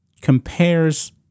Compares